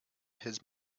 his